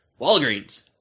Walgreens